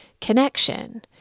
connection